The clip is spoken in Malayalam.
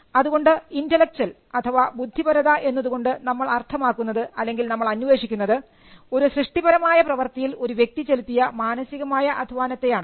അതുകൊണ്ട് ഇന്റെലക്ച്വൽ അഥവാ ബുദ്ധിപരത എന്നതുകൊണ്ട് നമ്മൾ അർത്ഥമാക്കുന്നത് അല്ലെങ്കിൽ നമ്മൾ അന്വേഷിക്കുന്നത് ഒരു സൃഷ്ടിപരമായ പ്രവർത്തിയിൽ ഒരു വ്യക്തി ചെലുത്തിയ മാനസികമായ അധ്വാനത്തെ ആണ്